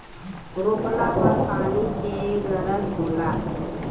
रोपला पर पानी के गरज होला